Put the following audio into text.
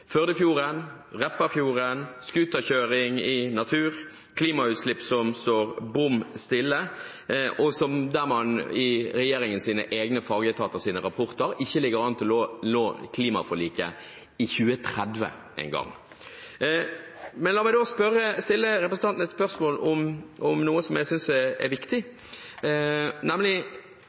Førdefjorden, Repparfjorden, skuterkjøring i natur, klimautslipp som står bom stille, der man i regjeringens egne fagetaters rapporter ikke engang ligger an til å nå klimaforliket i 2030. Men la meg da stille representanten et spørsmål om noe jeg synes er viktig, nemlig: